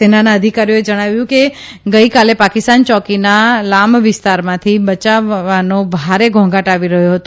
સેનાના અધિકારીએ જણાવવ્યં કે ગદઇકાલે પાકિસ્તાન ચોકીના લામ વિસ્તારમાંથી બચાવવાનો ભારે ઘોંઘાટ આવી રહ્યો હતો